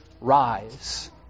rise